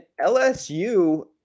LSU